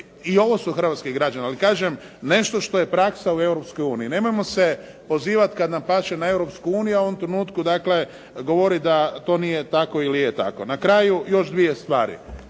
i ovo su hrvatski građani, ali kažem nešto što je praksa u Europskoj uniji. Nemojmo se pozivati kad nam paše na Europsku uniju, a u ovom trenutku dakle govori da to nije tako ili je tako. Na kraju još dvije stvari.